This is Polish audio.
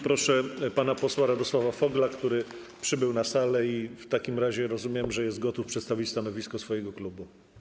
Proszę pana posła Radosława Fogla, który przybył na salę i w takim razie, jak rozumiem, jest gotów przedstawić stanowisko swojego klubu.